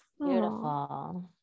Beautiful